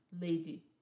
lady